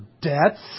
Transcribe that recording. debts